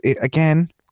again